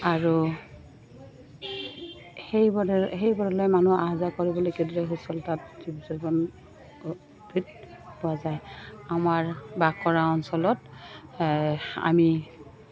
আৰু সেইবোৰলে মানুহ আহযাহ কৰিবলৈ পোৱা যায় আমাৰ বাস কৰা অঞ্চলত আমি